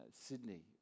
Sydney